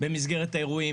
במסגרת האירועים.